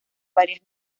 varias